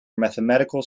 mathematical